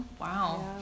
Wow